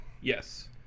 yes